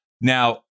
Now